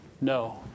no